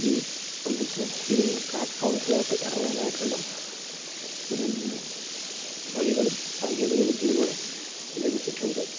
ഈ business field പ്ലാറ്റ്ഫോംസിലോട്ട് ഇറങ്ങാനായിട്ടുള്ള വഴികളും സാങ്കേതിക വിദ്യയിലൂടെ ലഭിച്ചിട്ടുണ്ട്